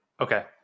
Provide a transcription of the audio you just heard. Okay